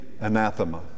anathema